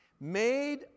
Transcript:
made